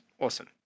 Awesome